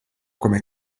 come